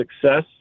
success